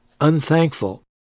unthankful